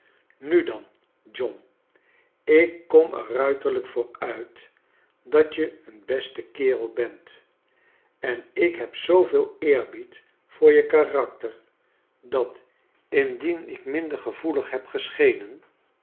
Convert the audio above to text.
nu dan john ik kom er ruiterlijk voor nit dat je een beste kerel bent en ik heb zooveel eerbied voor je karakter dat indien ik minder gevoelig heb geschenen